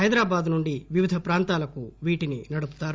హైదరాబాద్ నుండి వివిధ ప్రాంతాలకు వీటిని నడుపుతారు